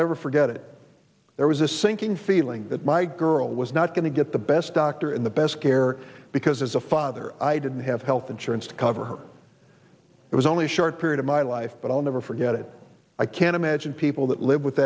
never forget it there was a sinking feeling that my girl was not going to get the best doctor in best care because as a father i didn't have health insurance cover it was only a short period of my life but i'll never forget it i can imagine people that live with